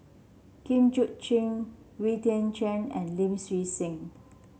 Jit Koon Ch'ng Wee Tian Siak and Lim Swee Say